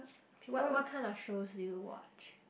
okay what what kind of shows do you watch